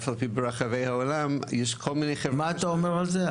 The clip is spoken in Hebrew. אף על פי שברחבי העולם יש כל מיני חברות --- מה אתה אומר על זה,